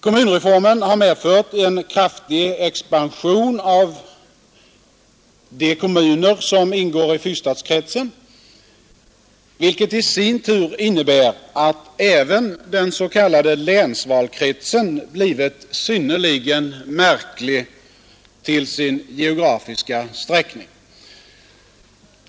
Kommunreformen har medfört en kraftig expansion av de kommuner som ingår i fyrstadskretsen, vilket i sin tur innebär, att även den s.k. länsvalkretsen blivit synnerligen märklig till sin geografiska sträckning.